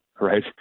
right